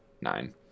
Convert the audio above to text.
nine